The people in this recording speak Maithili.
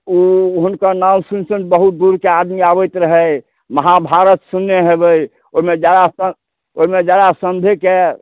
ओ हुनकर नाओ सुनि सुनि बहुत दूरके आदमी आबैत रहै महाभारत सुनने होयबै ओहिमे जरासन्ध ओहिमे जरासन्धेके